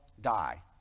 die